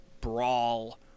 brawl